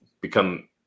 become